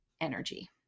energy